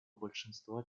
большинства